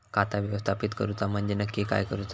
खाता व्यवस्थापित करूचा म्हणजे नक्की काय करूचा?